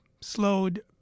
slowed